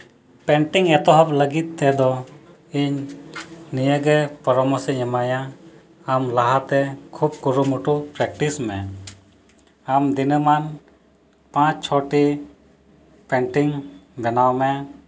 painting ᱮᱛᱚᱦᱚᱵ ᱞᱟᱹᱜᱤᱫ ᱛᱮᱫᱚ ᱤᱧ ᱱᱤᱭᱟᱹᱜᱮ ᱯᱚᱨᱟᱥᱚᱢ ᱤᱧ ᱮᱢᱟᱭᱟ ᱟᱢ ᱞᱟᱦᱟᱛᱮ ᱠᱷᱩᱵ ᱠᱩᱨᱩᱢᱩᱴᱩ ᱯᱨᱮᱠᱴᱤᱥ ᱢᱮ ᱟᱢ ᱫᱤᱱᱟᱹᱢᱟᱱ ᱯᱟᱸᱪ ᱪᱷᱚᱴᱤ ᱯᱮᱱᱴᱤᱝ ᱵᱮᱱᱟᱣ ᱢᱮ